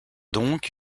donc